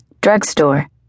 drugstore